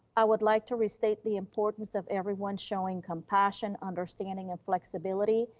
i would like to restate the importance of everyone showing compassion, understanding, and flexibility,